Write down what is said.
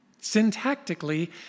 Syntactically